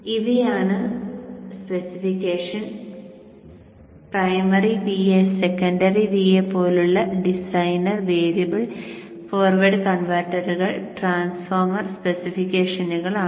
ഇവയാണ് specification primary VA secondary VA പോലെയുള്ള designer variable forward കൺവെർട്ടറുകൾ ട്രാൻസ്ഫോർമർ സ്പെസിഫിക്കേഷനുകളാണ്